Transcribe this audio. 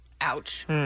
Ouch